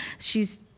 she's